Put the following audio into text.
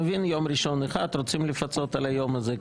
אני מבין שיום ראשון אחד זה בגלל שרוצים לפצות על היום הזה,